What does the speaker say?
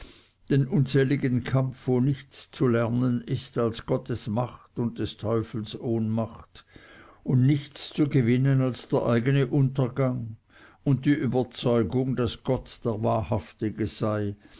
den unseligen kampf wo nichts zu lernen ist als gottes macht und des teufels ohnmacht und nichts zu gewinnen als der eigene untergang und die überzeugung daß gott der wahrhaftige sei